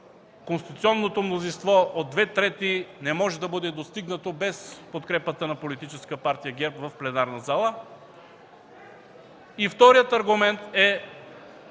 конституционното мнозинство от две трети не може да бъде достигнато от подкрепата на Политическа партия ГЕРБ в пленарната зала. Вторият аргумент е